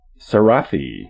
Sarathi